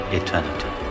eternity